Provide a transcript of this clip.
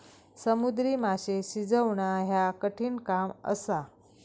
समुद्री माशे शिजवणा ह्या कठिण काम असा